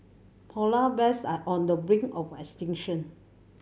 polar bears are on the brink of extinction